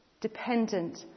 dependent